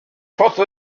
faute